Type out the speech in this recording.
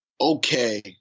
okay